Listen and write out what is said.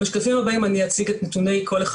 בשקפים הבאים אני אציג את נתוני כל אחד